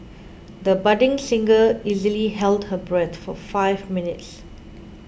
the budding singer easily held her breath for five minutes